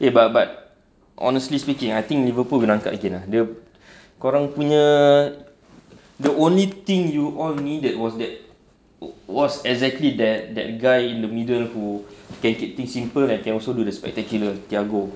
eh but but honestly speaking I think liverpool gonna angkat again ah the korang punya the only thing you all needed was that was exactly that that guy in the middle who can keep things simple and can also do the spectacular thiago